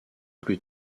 plus